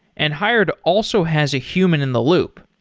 and hired also has a human in the loop.